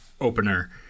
opener